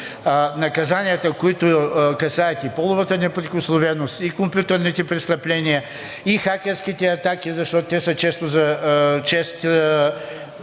наказанията, които касаят и половата неприкосновеност, и компютърните престъпления, и хакерските атаки, защото те са, за